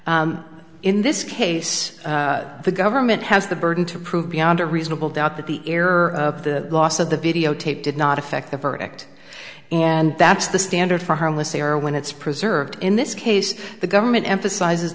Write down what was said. that in this case the government has the burden to prove beyond a reasonable doubt that the error of the loss of the videotape did not affect the verdict and that's the standard for harmless error when it's preserved in this case the government emphasizes